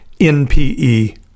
NPE